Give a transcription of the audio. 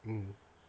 mm